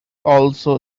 also